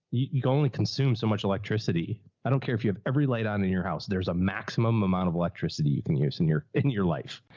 you can only consume so much electricity. i don't care if you have every light on in your house, there's a maximum amount of electricity you can use in your, in your life.